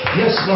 yes